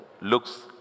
looks